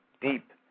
deep